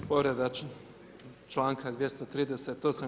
Povreda članka 238.